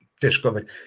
discovered